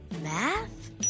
math